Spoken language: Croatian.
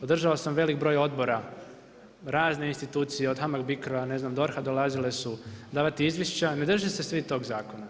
Održao sam veliki broj odbora razne institucije od HAMAG BICRO-a ne znam DORH-a dolazili su davati izvješća, ne drže se svi tog zakona.